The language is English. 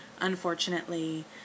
unfortunately